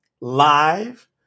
live